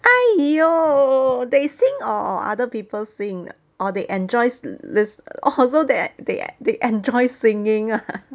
!aiyo! they sing or other people sing or they enjoy this so that they they enjoy singing ah